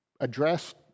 address